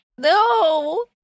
No